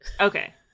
okay